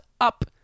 up